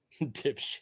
Dipshit